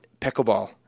pickleball